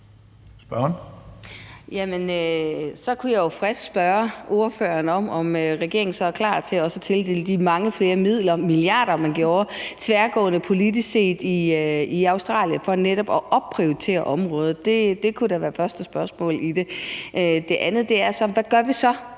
Så kunne jeg jo frisk spørge ordføreren, om regeringen så er klar til at tildele de mange milliarder, som man gjorde tværgående politisk i Australien for netop at opprioritere området. Det kunne da være det første spørgsmål. Det andet er: Hvad mener